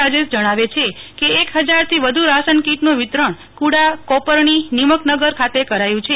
રાજેશ જણાવે છે કે એક ફજાર થી વધુ રાશન કિટ નુ વિતરણ કુડા કોપરણી નિમક નગર ખાતે કરાયુ છે